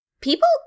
People